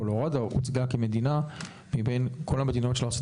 קולורדו הוצגה כמדינה מבין כל המדינות של ארצות